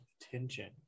attention